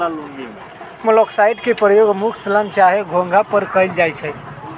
मोलॉक्साइड्स के प्रयोग मुख्य स्लग चाहे घोंघा पर कएल जाइ छइ